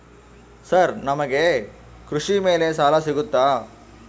Sir ನಮಗೆ ಕೃಷಿ ಮೇಲೆ ಸಾಲ ಸಿಗುತ್ತಾ?